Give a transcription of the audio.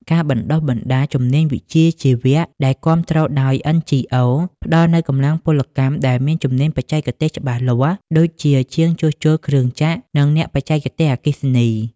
ការបណ្ដុះបណ្ដាលជំនាញវិជ្ជាជីវៈ ដែលគាំទ្រដោយ NGOs ផ្ដល់នូវកម្លាំងពលកម្មដែលមានជំនាញបច្ចេកទេសច្បាស់លាស់ ដូចជាជាងជួសជុលគ្រឿងចក្រ និងអ្នកបច្ចេកទេសអគ្គិសនី។